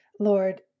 Lord